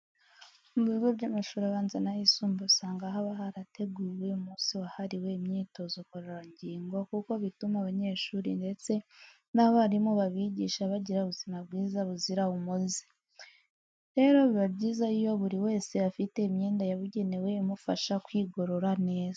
Mu bigo by'amashuri abanza n'ayisumbuye usanga haba harateguwe umunsi wahariwe imyitozo ngororangingo kuko bituma abanyeshuri ndetse n'abarimu babigisha bagira ubuzima bwiza buzira umuze. Rero biba byiza iyo buri wese afite imyenda yabugenewe imufasha kwigorora neza.